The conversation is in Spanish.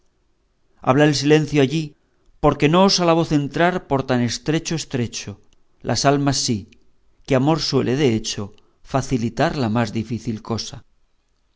habla el silencio allí porque no osa la voz entrar por tan estrecho estrecho las almas sí que amor suele de hecho facilitar la más difícil cosa